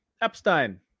Epstein